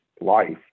life